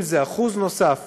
אם זה אחוז נוסף